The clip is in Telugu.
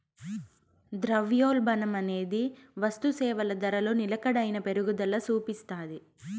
ద్రవ్యోల్బణమనేది వస్తుసేవల ధరలో నిలకడైన పెరుగుదల సూపిస్తాది